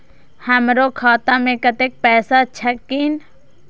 हमरो खाता में कतेक पैसा छकीन?